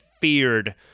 feared